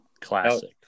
classic